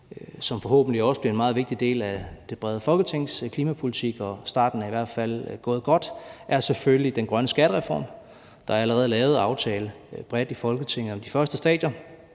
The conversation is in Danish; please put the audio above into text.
som forhåbentlig også bliver en meget vigtig del af det brede Folketings klimapolitik, og starten er i hvert fald gået godt, er selvfølgelig den grønne skattereform. Der er allerede lavet aftale bredt i Folketinget om de første stadier.